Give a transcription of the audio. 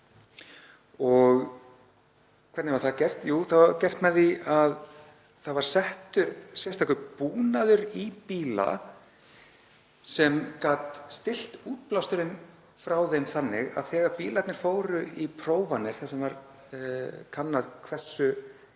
Og hvernig var það gert? Jú, það var gert með því að settur var sérstakur búnaður í bíla sem gat stillt útblásturinn frá þeim þannig að þegar bílarnir fóru í prófanir, þar sem var kannað hversu